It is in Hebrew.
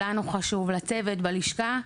לנו חשוב לצוות בלשכה,